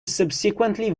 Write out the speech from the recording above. subsequently